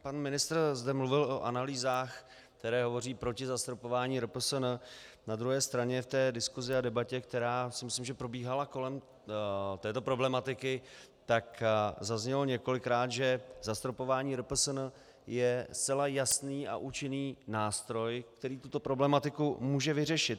Pan ministr zde mluvil o analýzách, které hovoří proti zastropování RPSN, na druhé straně v diskusi a debatě, která si myslím, že probíhala kolem této problematiky, tak zaznělo několikrát, že zastropování RPSN je zcela jasný a účinný nástroj, který tuto problematiku může vyřešit.